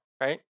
right